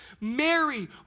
Mary